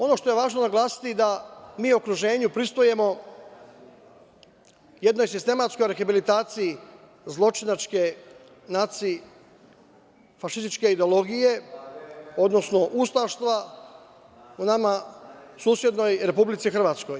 Ono što je važno naglasiti, da mi u okruženju pristupamo jednoj sistematskoj rehabilitaciji zločinačke fašističke ideologije, odnosno ustaštva u nama susednoj republici Hrvatskoj.